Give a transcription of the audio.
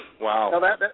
Wow